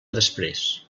després